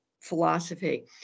philosophy